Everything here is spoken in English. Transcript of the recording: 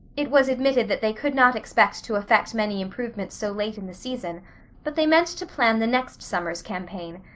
it was admitted that they could not expect to affect many improvements so late in the season but they meant to plan the next summer's campaign,